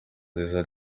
nziza